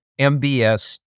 MBS